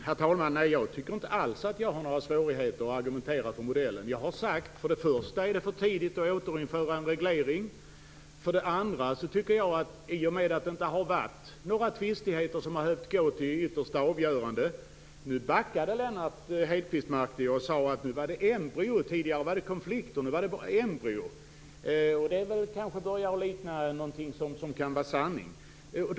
Herr talman! Jag tycker inte alls att jag har några svårigheter att argumentera för modellen. För det första är det för tidigt att återinföra en reglering. För det andra har det inte varit några tvister som har behövt att gå till ett yttersta avgörande. Nu backade Lennart Hedquist och sade att det rörde sig om embryon - tidigare talade han om konflikter. Det börjar kanske likna sanningen.